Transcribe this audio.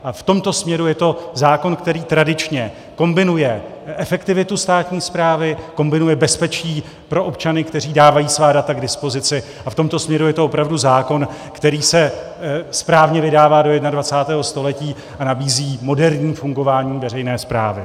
V tomto směru je to zákon, který tradičně kombinuje efektivitu státní správy, kombinuje bezpečí pro občany, kteří dávají svá data k dispozici, a v tomto směru je to opravdu zákon, který se správně vydává do 21. století a nabízí moderní fungování veřejné správy.